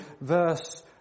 verse